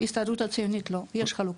ההסתדרות הציונית לא, יש חלוקה.